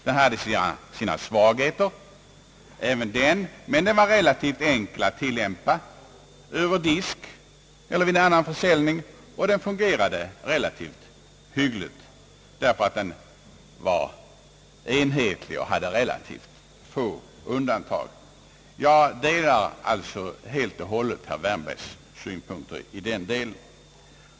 Den hade sina svagheter även den, men den var relativt enkel att tillämpa över disk eller vid annan försäljning, och den fungerade relativt hyggligt därför att den var enhetlig och hade relativt få undantag. Jag delar alltså helt och hållet herr Wärnbergs synpunkter i denna del.